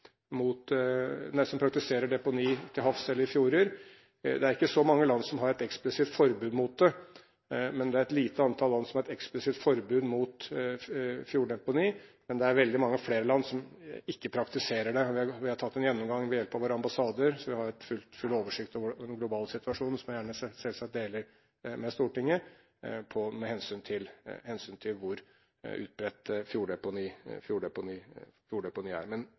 deponi til havs eller i fjorder. Det er ikke så mange land som har et eksplisitt forbud mot det, men det er et lite antall land som har et eksplisitt forbud mot fjorddeponi. Men det er veldig mange flere land som ikke praktiserer det. Vi har hatt en gjennomgang ved hjelp av våre ambassader, slik at vi har full oversikt over den globale situasjonen, som jeg selvsagt gjerne deler med Stortinget, med hensyn til hvor utbredt fjorddeponi er. Men hovedbildet er at det er få land som faktisk bruker fjorddeponi